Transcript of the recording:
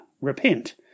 Repent